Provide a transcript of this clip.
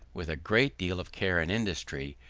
with a great deal of care and industry,